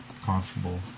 constable